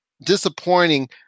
disappointing